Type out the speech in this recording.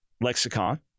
Lexicon